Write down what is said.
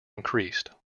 increased